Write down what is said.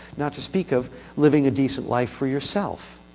not to speak of living a decent life for yourself.